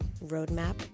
Roadmap